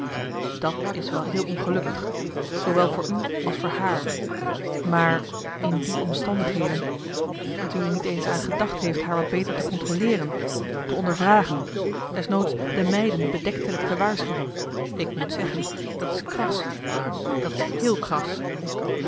dat is wel heel ongelukkig zoowel voor u als voor haar maar in die omstandigheden marcellus emants een nagelaten bekentenis dat u er niet eens aan gedacht heeft haar wat beter te controleeren te ondervragen des noods de meiden bedektelijk te waarschuwen ik moet zeggen dat is kras dat is heel kras